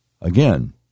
again